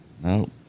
No